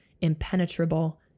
impenetrable